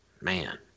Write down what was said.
man